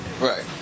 Right